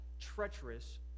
treacherous